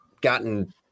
gotten